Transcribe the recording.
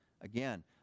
Again